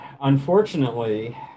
unfortunately-